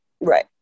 Right